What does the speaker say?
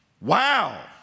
Wow